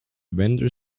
vendor